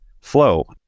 flow